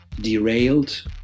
derailed